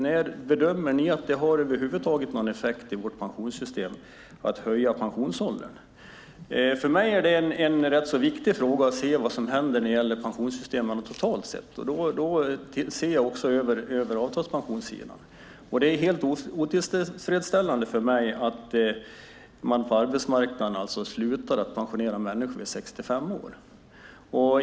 När bedömer ni att det över huvud taget har någon effekt i vårt pensionssystem att höja pensionsåldern? För mig är det en rätt så viktig fråga att se vad som händer när det gäller pensionssystemen totalt sett. Då gäller det att också se över avtalspensionerna. För mig är det helt otillfredsställande att man slutar att pensionera människor på arbetsmarknaden vid 65 års ålder.